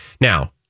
now